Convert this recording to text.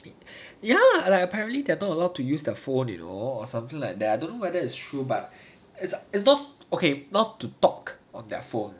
ya like apparently they're not allowed to use their phone you know or something like that I don't know whether it's true but it's it's not okay not to talk on their phone